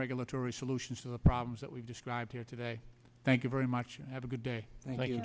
regulatory solutions to the problems that we've described here today thank you very much and have a good day